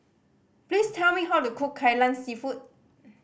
please tell me how to cook Kai Lan Seafood